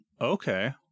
Okay